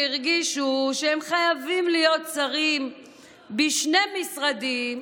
שהרגישו שהם חייבים להיות שרים בשני משרדים,